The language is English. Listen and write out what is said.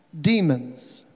Demons